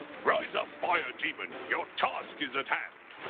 rise up, fire demon, your task is at hand!